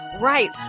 Right